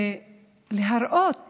ולהראות